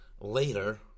later